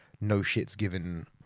no-shits-given